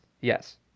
Yes